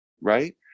right